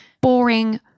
boring